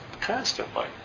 constantly